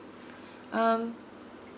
um